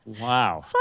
Wow